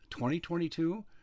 2022